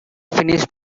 finish